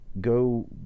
go